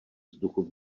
vzduchu